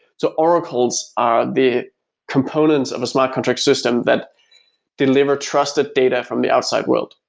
so oracles are the components of a smart contract system that deliver trusted data from the outside world.